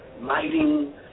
lighting